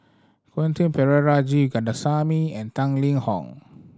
Quentin Pereira G Kandasamy and Tang Liang Hong